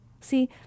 see